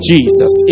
Jesus